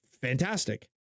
Fantastic